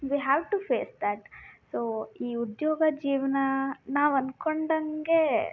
we have to face that so ಈ ಉದ್ಯೋಗ ಜೀವನ ನಾವು ಅಂದ್ಕೊಂಡಂಗೆ